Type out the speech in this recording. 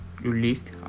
released